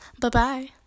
Bye-bye